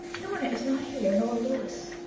norna is not here, nor louis.